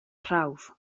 prawf